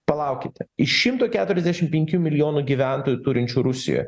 palaukite iš šimto keturiasdešimt penkių milijonų gyventojų turinčių rusija